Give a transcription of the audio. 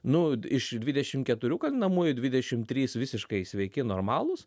nu iš dvidešim keturių kaltinamųjų dvidešim trys visiškai sveiki normalūs